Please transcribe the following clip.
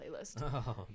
playlist